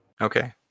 Okay